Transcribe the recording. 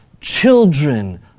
children